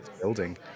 building